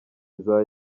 iza